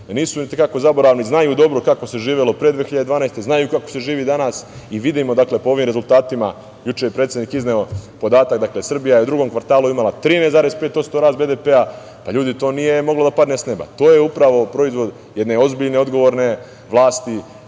nisu zaboravni, znaju dobro kako se živelo pre 2012. godine, a znaju kako se živi danas. Vidimo po ovim rezultatima, juče je predsednik izneo podatak, Srbija je u drugom kvartalu imala13,5 % rast BDP-a. Pa, ljudi, to nije moglo da padne s neba. To je upravo proizvod jedne ozbiljne, odgovorne vlasti,